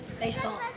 Baseball